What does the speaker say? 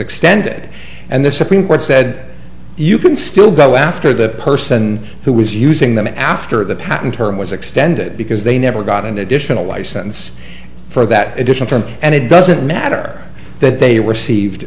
extended and the supreme court said you can still go after the person who was using them after the patent term was extended because they never got an additional license for that additional time and it doesn't matter that they were sieved